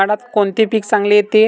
उन्हाळ्यात कोणते पीक चांगले येते?